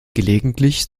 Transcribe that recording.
gelegentlich